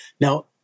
Now